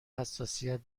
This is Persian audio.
حساسیت